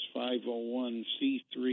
501c3